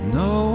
no